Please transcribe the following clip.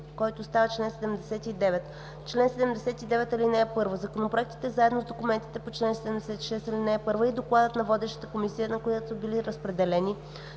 който става чл. 79: „Чл. 79. (1) Законопроектите заедно с документите по чл. 76, ал. 1 и докладът на водещата комисия, на която са били разпределени,